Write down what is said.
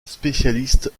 spécialiste